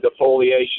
defoliation